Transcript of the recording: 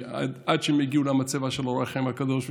עד שהם הגיעו למצבה של אור החיים הקדוש,